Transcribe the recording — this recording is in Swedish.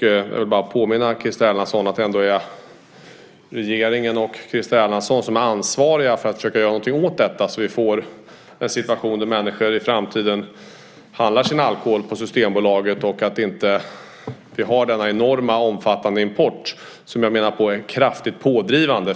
Jag vill påminna Christer Erlandsson om att det ändå är regeringen och Christer Erlandsson som har ett ansvar för att försöka göra något åt detta så att vi får situationen att människor i framtiden handlar sin alkohol på Systembolaget och vi inte har denna enormt omfattande import som jag menar är kraftigt pådrivande.